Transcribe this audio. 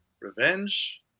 Revenge